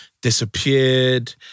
Disappeared